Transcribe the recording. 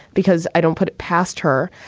because i don't put it past her.